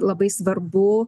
labai svarbu